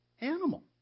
animal